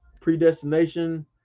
Predestination